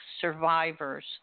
Survivors